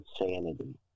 insanity